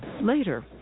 Later